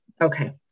Okay